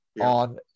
on